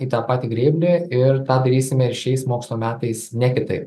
į tą patį grėblį ir tą darysime ir šiais mokslo metais ne kitaip